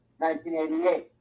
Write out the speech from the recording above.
1988